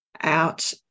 out